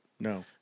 No